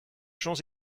champs